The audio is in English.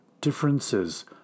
differences